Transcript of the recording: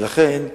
ולכן,